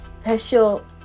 special